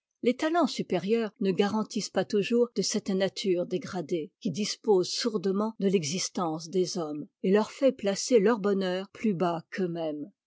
les talents supérieurs ne garantissent pas toujours de cette nature dégradée qui dispose sourdement de l'existence des hommes et leur fait placer leur bonheur plus bas qu'eux-mêmes